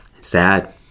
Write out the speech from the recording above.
Sad